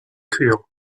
cure